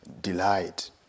delight